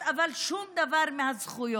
עצמאיות, אבל שום דבר מהזכויות.